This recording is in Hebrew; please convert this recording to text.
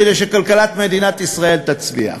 כדי שכלכלת מדינת ישראל תצליח,